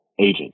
Agent